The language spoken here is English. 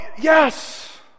Yes